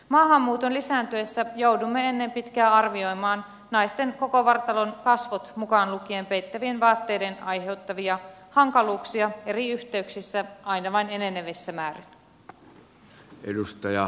maahanmuuton lisääntyessä joudumme ennen pitkää arvioimaan naisten koko vartalon kasvon mukaan lukien peittävien vaatteiden aiheuttamia hankaluuksia eri yhteyksissä aina vain enenevässä määrin